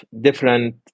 different